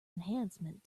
enhancement